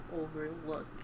overlook